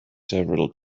several